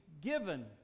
given